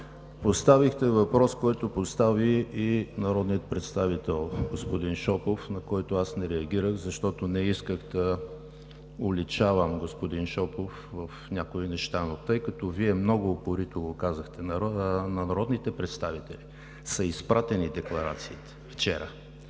Поставихте въпрос, който постави и народният представител господин Шопов, на който аз не реагирах, защото не исках да уличавам господин Шопов в някои неща. Но тъй като Вие много упорите го казахте – на народните представители вчера са изпратени декларациите.